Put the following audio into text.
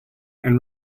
and